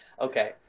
Okay